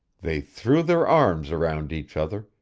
they threw their arms around each other,